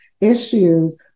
issues